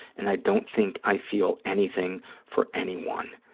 and i don't think i feel anything for anyone.